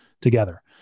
together